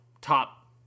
top